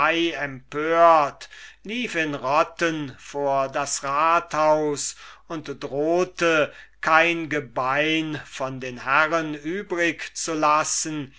empört lief in rotten vor das rathaus und drohte kein gebein von den herren übrig zu lassen